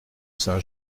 saint